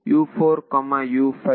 ವಿದ್ಯಾರ್ಥಿ